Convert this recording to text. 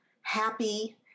happy